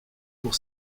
pour